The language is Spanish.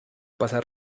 pasa